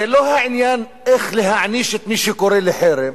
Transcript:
זה לא העניין איך להעניש את מי שקורא לחרם,